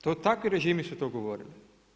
To takvi režimi su to govorili.